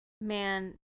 Man